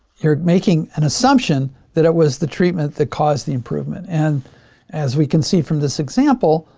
you're making an assumption that it was the treatment that caused the improvement. and as we can see from this example,